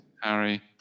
Harry